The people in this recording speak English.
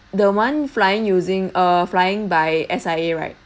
the one flying using uh flying by S_I_A right